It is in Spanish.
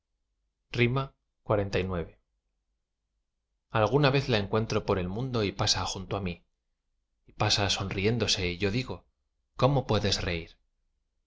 soñar xlix alguna vez la encuentro por el mundo y pasa junto á mí y pasa sonriéndose y yo digo cómo puede reir